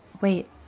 Wait